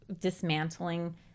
dismantling